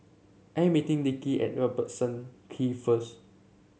I am meeting Dickie at Robertson Kee first